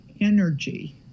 energy